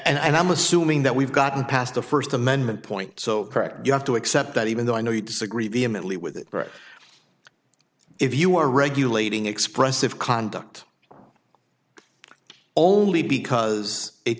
and i'm assuming that we've gotten past the first amendment point so correct you have to accept that even though i know you disagree vehemently with it greg if you are regulating expressive conduct only because it